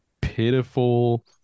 pitiful